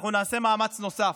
אנחנו נעשה מאמץ נוסף: